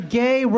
gay